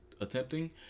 attempting